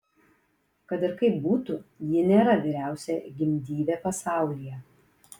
kad ir kaip būtų ji nėra vyriausia gimdyvė pasaulyje